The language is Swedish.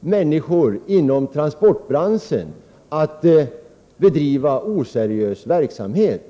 människor inom transportbranschen att bedriva oseriös verksamhet.